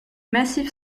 massif